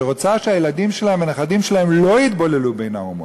שרוצה שהילדים והנכדים שלהם לא יתבוללו בין האומות,